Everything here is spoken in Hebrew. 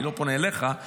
אני לא פונה אליך.